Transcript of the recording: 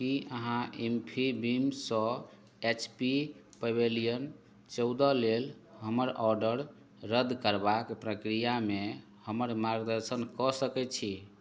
की अहाँ इन्फीबीमसँ H P pavilion चौदह लेल हमर ऑर्डर रद्द करबाक प्रक्रियामे हमर मार्गदर्शन कऽ सकैत छी